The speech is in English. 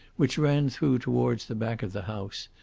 which ran through towards the back of the house,